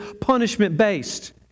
punishment-based